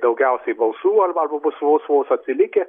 daugiausiai balsų arba arba bus vos vos atsilikę